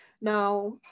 Now